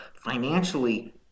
financially